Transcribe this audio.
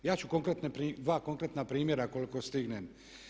Ja ću dva konkretna primjera koliko stignem.